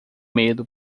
medo